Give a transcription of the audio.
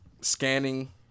scanning